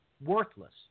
worthless